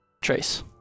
Trace